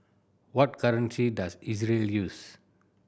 what currency does Israel use